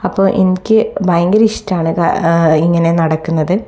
അപ്പോൾ എനിക്ക് ഭയങ്കര ഇഷ്ടമാണ് ഇങ്ങനെ നടക്കുന്നത്